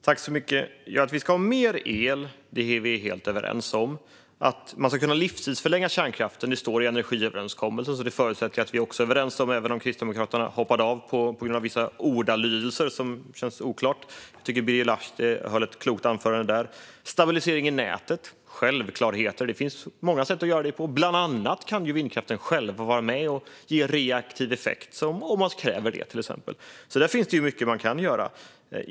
Fru talman! Att vi ska ha mer el är vi helt överens om. Att man ska kunna livstidsförlänga kärnkraften står i energiöverenskommelsen, så det förutsätter jag att vi också är överens om, även om Kristdemokraterna hoppade av på grund av vissa ordalydelser, vilket känns oklart. Jag tycker att Birger Lahti höll ett klokt anförande på den punkten. Stabilisering i nätet är en självklarhet. Det finns många sätt att göra det. Bland annat kan till exempel vindkraften själv vara med och ge reaktiv effekt om man kräver det. Där finns det mycket man kan göra.